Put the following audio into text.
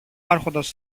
άρχοντας